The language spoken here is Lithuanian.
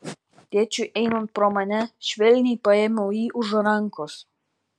tėčiui einant pro mane švelniai paėmiau jį už rankos